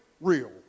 real